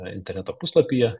interneto puslapyje